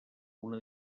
una